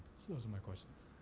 so, those are my questions.